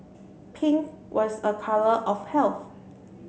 pink was a colour of health